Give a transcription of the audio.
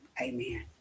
amen